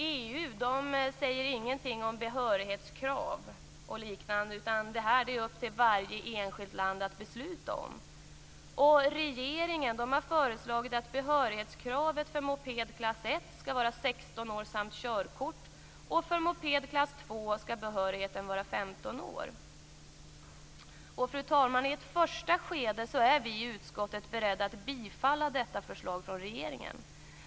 EU säger ingenting om behörighetskrav och liknande, utan varje enskilt land får fatta beslut om detta. Fru talman! I ett första skede är vi i utskottet beredda att bifalla detta förslag från regeringen.